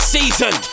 Season